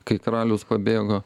kai karalius pabėgo